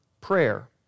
prayer